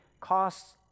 costs